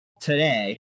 today